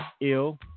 ill